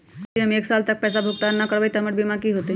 यदि हम एक साल तक पैसा भुगतान न कवै त हमर बीमा के की होतै?